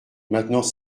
maintenant